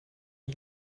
die